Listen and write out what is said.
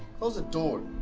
close the door.